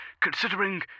considering